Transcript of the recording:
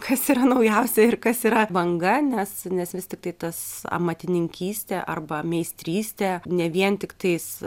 kas yra naujausia ir kas yra banga nes nes vis tiktai tas amatininkystė arba meistrystė ne vien tiktais